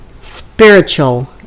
spiritual